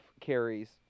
carries